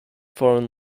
foreign